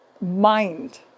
mind